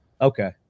okay